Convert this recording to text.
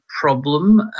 problem